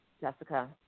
Jessica